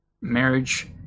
marriage